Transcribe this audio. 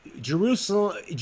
jerusalem